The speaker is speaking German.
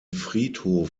friedhof